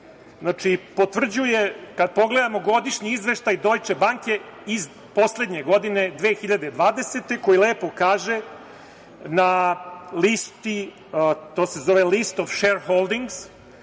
Znači, potvrđuje, kad pogledamo godišnji izveštaj „Dojče banke“ iz poslednje godine, 2020. godine koji lepo kaže, na listi, to se zove list of shareholding,